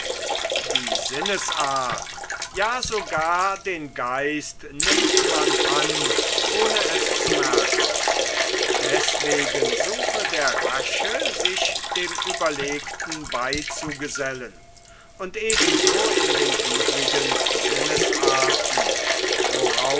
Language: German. die sinnesart ja sogar den geist nimmt man an ohne es zu merken deswegen suche der rasche sich dem ueberlegten beizugesellen und ebenso in den übrigen sinnesarten